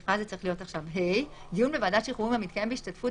ממשיכה בקריאה: (ה)דיון בוועדת שחרורים המתקיים בהשתתפות